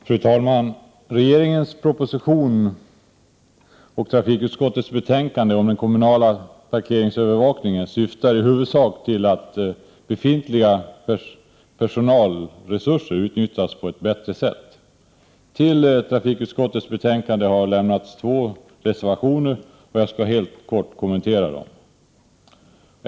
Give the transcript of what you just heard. Fru talman! Regeringens proposition och trafikutskottets betänkande om den kommunala parkeringsövervakningen syftar i huvudsak till att befintliga 141 personalresurser utnyttjas på ett bättre sätt. Till trafikutskottets betänkande har fogats två reservationer, och jag skall helt kort kommentera dem.